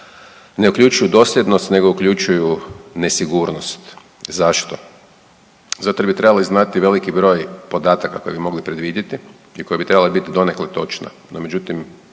ne uključuju dosljednost nego uključuju nesigurnost. Zašto? Zato jer bi trebali znati veliki broj podataka koje bi mogli predvidjeti i koji bi trebali biti donekle točna, no međutim